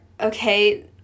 okay